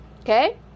okay